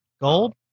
Gold